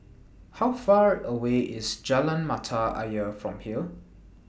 How Far away IS Jalan Mata Ayer from here